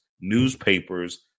newspapers